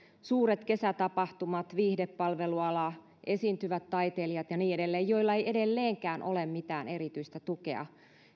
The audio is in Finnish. suuret kesätapahtumat viihdepalveluala esiintyvät taiteilijat ja niin edelleen joilla ei edelleenkään ole mitään erityistä tukea